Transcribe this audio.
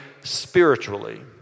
spiritually